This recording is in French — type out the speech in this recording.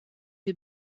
les